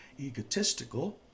egotistical